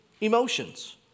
emotions